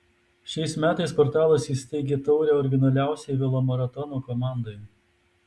šiais metais portalas įsteigė taurę originaliausiai velomaratono komandai